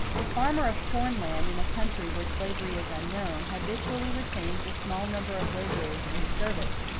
the farmer of corn land in a country where slavery is unknown habitually retains a small number of laborers in his service,